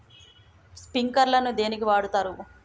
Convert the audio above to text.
Sprinkler ను దేనికి వాడుతరు?